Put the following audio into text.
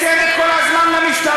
וניתן את כל הזמן למשטרה.